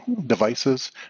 devices